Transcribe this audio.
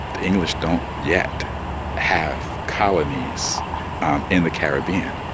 the english don't yet have colonies in the caribbean,